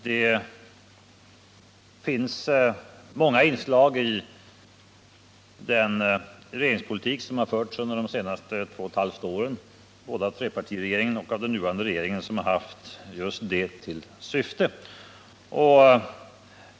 Det finns många inslag i den regeringspolitik, som förts under de senaste två och ett halvt åren, både av trepartiregeringen och av den nuvarande regeringen, som haft just detta syfte.